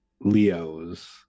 Leo's